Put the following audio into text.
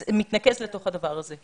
זה מתנקז לתוך הדבר הזה.